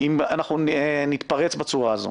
אם נתפרץ בצורה הזאת.